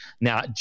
Now